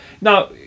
Now